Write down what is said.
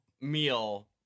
meal